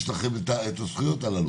יש לכם את הזכויות הללו?